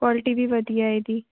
quality ਵੀ ਵਧੀਆ ਇਹਦੀ